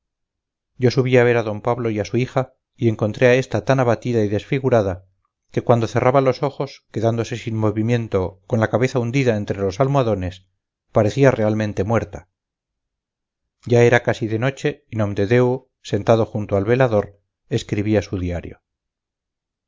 yo subí a ver a d pablo y a su hija y encontré a esta tan abatida y desfigurada que cuando cerraba los ojos quedándose sin movimiento con la cabeza hundida entre los almohadones parecía realmente muerta ya era casi de noche y nomdedeu sentado junto al velador escribía su diario